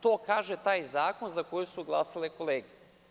To kaže taj zakon za koji su glasale kolege.